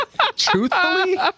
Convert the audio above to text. Truthfully